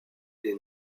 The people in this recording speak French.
des